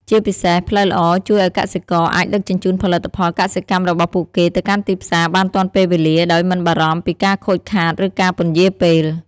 ជាពិសេស ផ្លូវល្អជួយឲ្យកសិករអាច ដឹកជញ្ជូនផលិតផលកសិកម្មរបស់ពួកគេទៅកាន់ទីផ្សារបានទាន់ពេលវេលា ដោយមិនបារម្ភពីការខូចខាត ឬការពន្យារពេល។